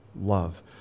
love